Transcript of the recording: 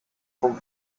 vom